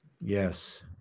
Yes